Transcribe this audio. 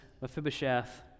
Mephibosheth